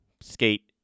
skate